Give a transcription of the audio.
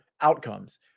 outcomes